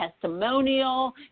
testimonial